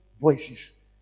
voices